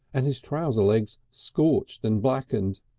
and his trouser legs scorched and blackened